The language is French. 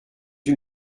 une